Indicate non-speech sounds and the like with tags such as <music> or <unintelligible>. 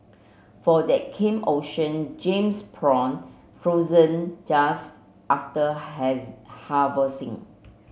for that came Ocean Gems prawn frozen just after <unintelligible> harvesting